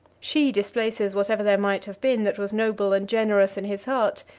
she displaces whatever there might have been that was noble and generous in his heart,